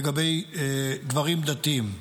לגבי גברים דתיים.